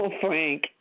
Frank